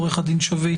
עו"ד שביט,